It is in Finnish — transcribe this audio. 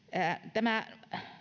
tämä